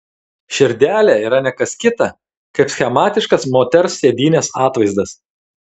širdelė yra ne kas kita kaip schematiškas moters sėdynės atvaizdas